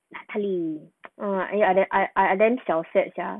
natalie uh I I I then 小 sad sia